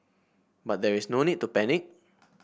but there is no need to panic